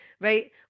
right